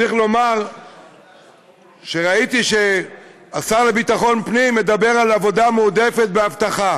צריך לומר שראיתי שהשר לביטחון פנים מדבר על עבודה מועדפת באבטחה,